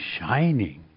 shining